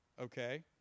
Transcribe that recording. Okay